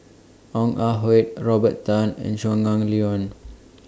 Ong Ah Hoi Robert Tan and Shangguan Liuyun